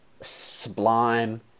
Sublime